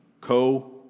co